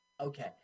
Okay